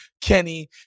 Kenny